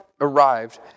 arrived